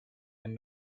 and